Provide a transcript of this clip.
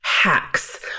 hacks